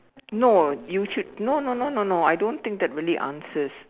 no you should no no no no no I don't think that really answers